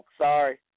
Sorry